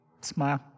Smile